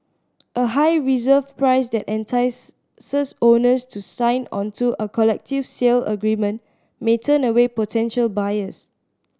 a high reserve price that entice owners to sign onto a collective sale agreement may turn away potential buyers